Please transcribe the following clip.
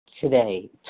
Today